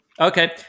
Okay